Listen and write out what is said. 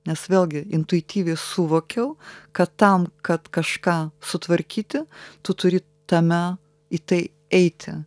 nes vėlgi intuityviai suvokiau kad tam kad kažką sutvarkyti tu turi tame į tai eiti